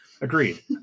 Agreed